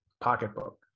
pocketbook